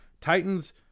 Titans